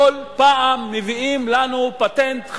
כל פעם מביאים לנו פטנט חדש,